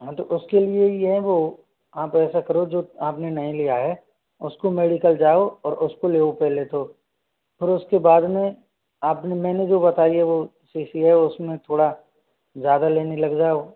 हाँ तो उसके लिए ही है वो आप ऐसा करो जो अपने नही लिया है उसको मेडिकल जाओ और उसको लेओ पहले तो फिर उसके बाद में आपने मैंने जो बताई है वह शीशी है उसमें थोड़ा ज़्यादा लेने लग जाओ